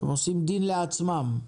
הם עושים דין לעצמם.